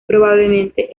probablemente